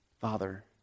Father